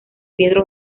pedro